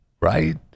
Right